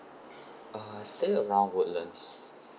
uh I stay around woodland